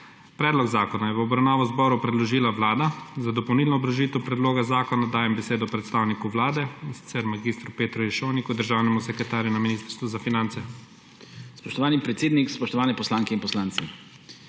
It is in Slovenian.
Predlog zakona je v obravnavo zboru predložila Vlada. Za dopolnilno obrazložitev predloga zakona dajem besedo predstavniku Vlade mag. Petru Ješovniku, državnemu sekretarju na Ministrstvu za finance. **MAG. PETER JEŠOVNIK:** Spoštovani predsednik, spoštovane poslanke in poslanci!